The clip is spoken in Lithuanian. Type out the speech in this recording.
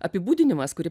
apibūdinimas kurį